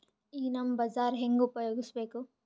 ಈ ನಮ್ ಬಜಾರ ಹೆಂಗ ಉಪಯೋಗಿಸಬೇಕು?